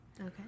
Okay